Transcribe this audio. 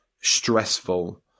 stressful